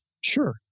sure